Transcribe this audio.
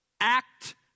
Act